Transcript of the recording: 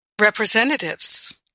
representatives